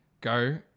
go